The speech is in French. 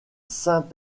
saint